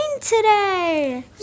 today